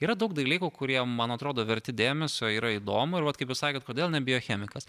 yra daug dalykų kurie man atrodo verti dėmesio yra įdomu ir vat kaip jūs sakant kodėl ne biochemikas